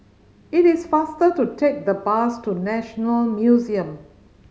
it is faster to take the bus to National Museum